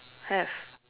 have